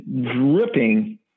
dripping